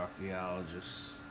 archaeologists